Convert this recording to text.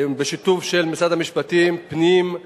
בשיתוף של משרדי המשפטים, הפנים,